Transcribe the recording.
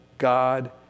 God